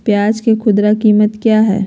प्याज के खुदरा कीमत क्या है?